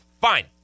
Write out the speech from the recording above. Fine